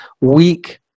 weak